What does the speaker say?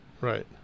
Right